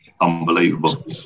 unbelievable